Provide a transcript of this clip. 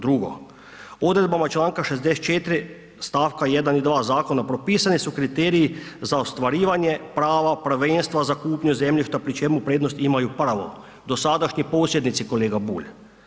Drugo, odredbama čl. 64. st. 1. i 2. Zakona, propisani su kriteriji za ostvarivanje prava prvenstva za kupnju zemljišta pri čemu prednost imaju, prvo, dosadašnji posjednici, kolega Bulj.